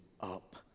up